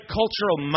cultural